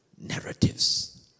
narratives